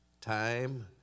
time